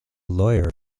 lawyer